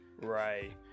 Right